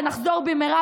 ונחזור במהרה,